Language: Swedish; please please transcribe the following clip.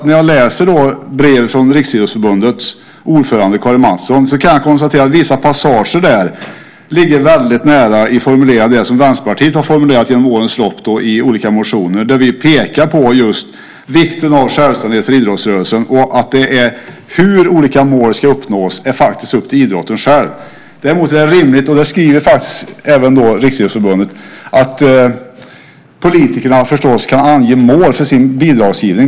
När jag läser brevet från Riksidrottsförbundets ordförande Karin Mattsson kan jag nämligen konstatera att vissa passager där ligger väldigt nära det som Vänsterpartiet under årens lopp har formulerat i olika motioner där vi pekar på just vikten av självständighet för idrottsrörelsen och att det faktiskt är upp till idrotten själv hur olika mål ska uppnås. Däremot är det rimligt, vilket även Riksidrottsförbundet skriver, att politikerna kan ange mål för sin bidragsgivning.